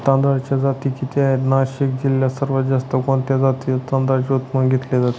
तांदळाच्या जाती किती आहेत, नाशिक जिल्ह्यात सर्वात जास्त कोणत्या जातीच्या तांदळाचे उत्पादन घेतले जाते?